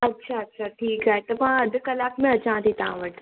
अच्छा अच्छा ठीकु आहे त मां अध कलाकु में अचां थी तव्हां वटि